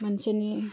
मोनसेनि